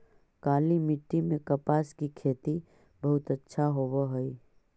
काली मिट्टी में कपास की खेती बहुत अच्छा होवअ हई